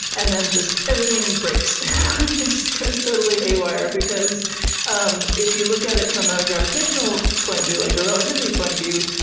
and then, just, everything breaks and just goes totally haywire, because um if you look at it from a gravitational point of view, like a relativity point of view,